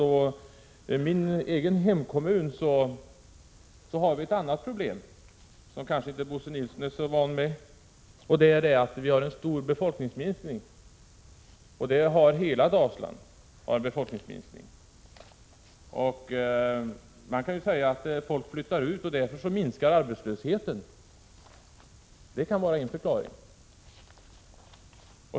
I min hemkommun har vi ett annat problem, som Bo Nilsson kanske inte är så van vid. Vi har en stor befolkningsminskning, och det gäller hela Dalsland. Man kan säga att när folk flyttar ut minskar arbetslösheten. Det kan vara en förklaring.